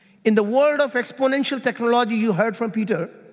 in the world of exponential technology, you heard from peter,